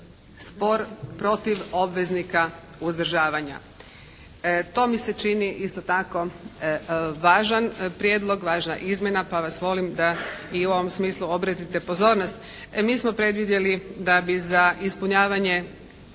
spor protiv obveznika uzdržavanja. To mi se čini isto tako važan prijedlog, važna izmjena, pa vas molim da i u ovom smislu obratite pozornost. Mi smo predvidjeli da bi za ispunjavanje